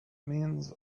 means